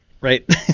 right